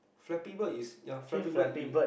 flexible is ya flexible you